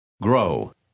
Grow